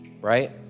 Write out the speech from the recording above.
right